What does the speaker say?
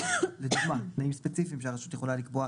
אלו תנאים ספציפיים שהרשות יכולה לקבוע